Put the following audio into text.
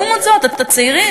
לעומת זאת הצעירים,